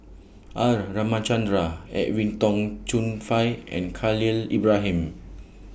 R Ramachandran Edwin Tong Chun Fai and Khalil Ibrahim